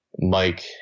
Mike